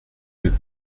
mieux